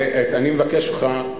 אני מבקש ממך,